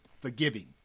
forgiving